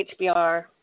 HBR